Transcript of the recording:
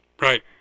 Right